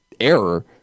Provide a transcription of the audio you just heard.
error